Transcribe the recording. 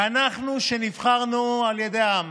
ואנחנו, שנבחרנו על ידי העם